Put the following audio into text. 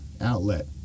outlet